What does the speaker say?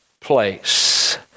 place